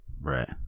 right